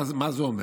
מה זה אומר?